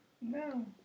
No